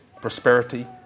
prosperity